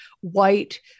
white